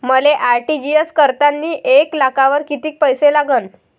मले आर.टी.जी.एस करतांनी एक लाखावर कितीक पैसे लागन?